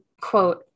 quote